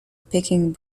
peking